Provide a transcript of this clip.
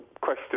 question